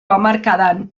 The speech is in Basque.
hamarkadan